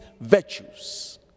virtues